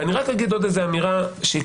ואני רק אגיד עוד איזה אמירה כללית.